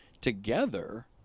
Together